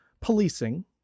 Policing